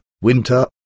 winter